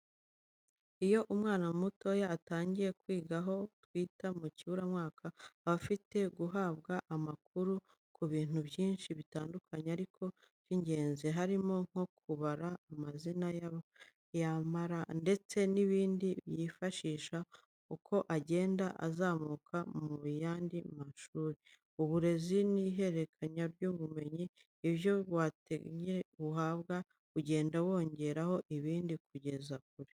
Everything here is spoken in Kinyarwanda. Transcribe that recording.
Iyo umwana mutoya atangiye kwiga aho twita mu kiburamwaka, aba afite guhabwa amakuru ku bintu byinshi bitandukanye ariko by’ingenzi, harimo nko kubara, amazina y’amabara ndetse n’ibindi yifashisha uko agenda azamuka mu yandi mashuri, uburezi ni ihererekanwa ry'ubumenyi. Ibyo watangiye uhabwa ugenda wongeraho ibindi kugeza kure.